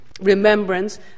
remembrance